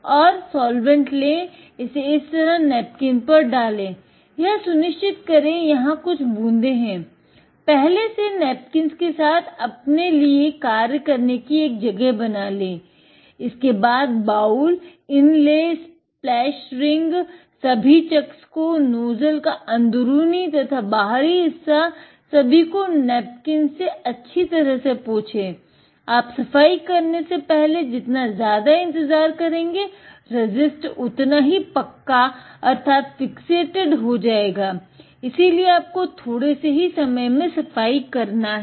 और साल्वेंट ले इसे इस तरह नैपकिन हो जायेगा इसीलिए आपको थोड़े से समय में ही सफाई करना है